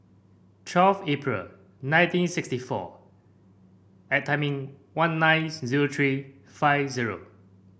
twelve April nineteen sixty four one nine zero three five zero